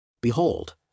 Behold